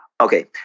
Okay